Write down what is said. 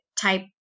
type